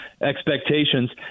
expectations